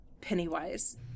Pennywise